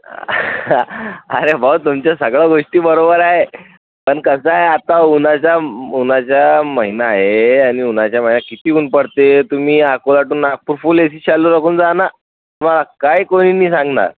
अरे भाऊ तुमच्या सगळ्या गोष्टी बरोबर आहे पण कसं आहे आता उन्हाचा उन्हाचा महिना आहे आणि उन्हाच्या महिन्यात किती ऊन पडते तुम्ही Akola to Nagpur full AC चालू राखून जा ना तुम्हाला काही कोणी नाही सांगणार